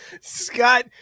Scott